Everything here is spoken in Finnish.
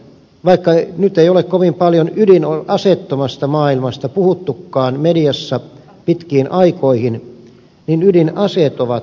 vaikka nyt ei ole kovin paljon ydinaseettomasta maailmasta puhuttukaan mediassa pitkiin aikoihin niin ydinaseet ovat todellisuutta